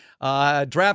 Draft